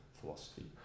philosophy